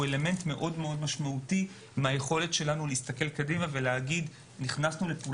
הוא אלמנט מאוד משמעותי מהיכולת שלנו להסתכל קדימה ולהגיד פעולה